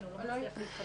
הוא לא מצליח להתחבר.